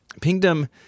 Pingdom